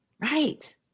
Right